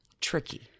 Tricky